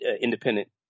independent